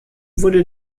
wurde